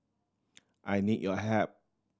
I need your help